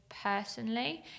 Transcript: personally